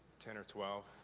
ten or twelve.